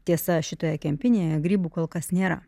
tiesa šitoje kempinėje grybų kol kas nėra